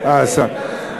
אה, השר.